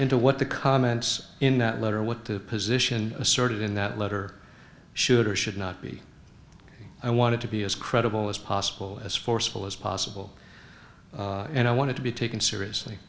into what the comments in that letter what the position asserted in that letter should or should not be i wanted to be as credible as possible as forceful as possible and i want to be taken seriously